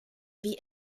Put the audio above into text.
wie